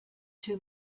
two